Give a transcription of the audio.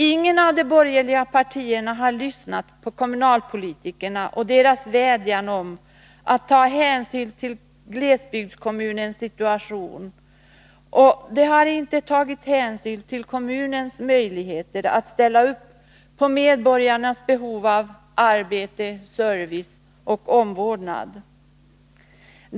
Inget av de borgerliga partierna har lyssnat på kommunalpolitikerna och deras vädjan om att ta hänsyn till glesbygdskommunens situation. De har inte tagit hänsyn till kommunens möjligheter att ställa upp på medborgarnas behov av arbete, service och omvårdnad.